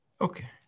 Okay